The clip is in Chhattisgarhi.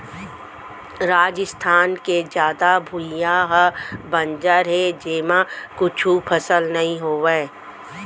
राजिस्थान के जादा भुइयां ह बंजर हे जेमा कुछु फसल नइ होवय